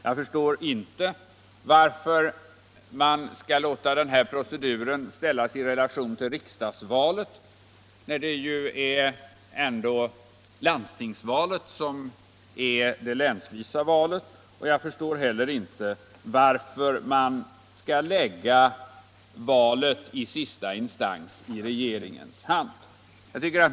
Jag förstår inte varför man skall låta den här proceduren stå i relation till riksdagsvalen, när ju ändå landstingsvalet är länsvalet, och jag förstår heller inte varför man skall lägga valet i sista instans i regeringens hand.